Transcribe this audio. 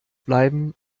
bleiben